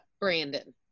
Brandon